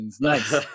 Nice